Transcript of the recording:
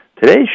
Today's